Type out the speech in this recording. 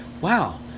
wow